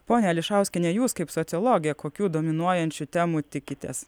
ponia ališauskiene jūs kaip sociologė kokių dominuojančių temų tikitės